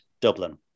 Dublin